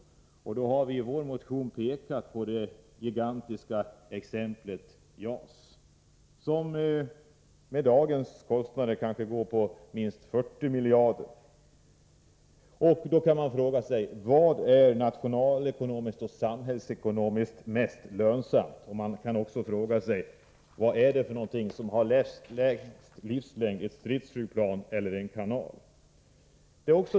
Vi har i vår motion pekat på det gigantiska exemplet JAS, som i dagens kostnadsläge kanske. går på minst 40 miljarder kronor. Man kan fråga sig: Vilket är nationalekonomiskt och samhällsekonomiskt mest lönsamt? Man kan också fråga sig: Vilket har längst livslängd — ett stridsflygplan eller en kanal?